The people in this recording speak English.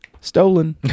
stolen